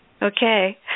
Okay